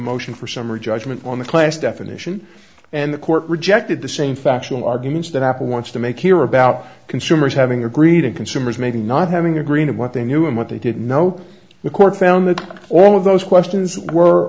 motion for summary judgment on the class definition and the court rejected the same factual arguments that apple wants to make here about consumers having agreed and consumers maybe not having a green of what they knew and what they didn't know the court found that all of those questions were